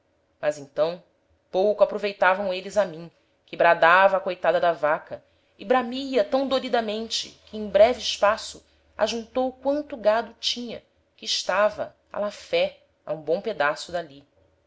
mas então pouco aproveitavam êles a mim que bradava a coitada da vaca e bramia tam doridamente que em breve espaço ajuntou quanto gado tinha que estava á la fé a um bom pedaço d'ali